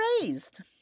raised